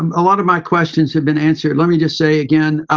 um a lot of my questions have been answered. let me just say again,